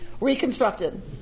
reconstructed